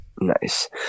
Nice